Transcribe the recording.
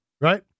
Right